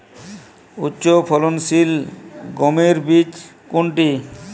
উচ্চফলনশীল গমের বীজ কোনটি?